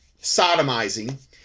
sodomizing